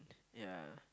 yeah